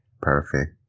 Perfect